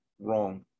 wrong